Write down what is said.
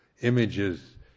images